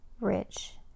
rich